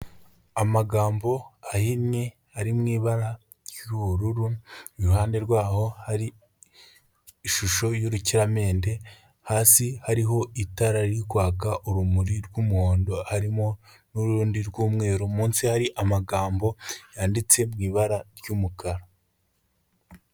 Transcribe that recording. Amagambo ahinnye ari mu ibara ry'ubururu, iruhande rwaho hari ishusho y'urukiramende, hasi hariho itara riri kwaka urumuri rw'umuhondo, harimo n'urundi rw'umweru munsi hari amagambo yanditse mu ibara ry'umukara.